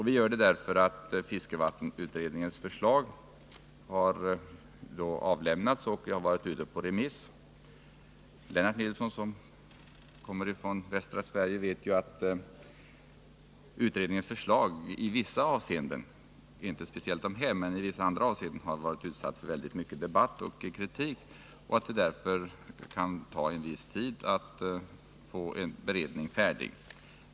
Vi anser det därför att fiskevattenutredningens förslag redan har avlämnats och varit ute på remiss. Lennart Nilsson, som kommer från västra Sverige, vet att utredningens förslagi vissa avseenden — inte speciellt de här, men i vissa andra avseenden — har varit utsatta för mycken debatt och kritik, varför det kan ta en viss tid att få en beredning färdig.